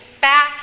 back